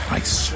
ice